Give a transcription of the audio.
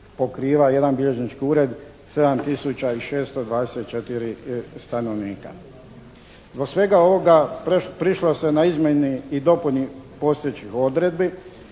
pokriva jedan bilježnički ured 7 tisuća i 624 stanovnika. Zbog svega ovoga prišlo se izmjeni i dopuni postojećih odredbi